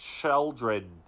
children